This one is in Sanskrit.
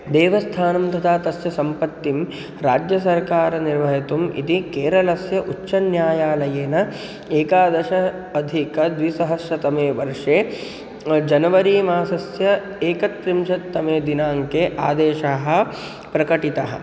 देवस्थानं तथा तस्य सम्पत्तिः राज्यसर्वकारः निर्वोढुम् इति केरलस्य उच्चन्यायालयेन एकादशाधिकद्विसहस्रतमे वर्षे जनवरी मासस्य एकत्रिंशत्तमे दिनाङ्के आदेशाः प्रकटिताः